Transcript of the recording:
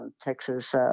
Texas